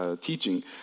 Teaching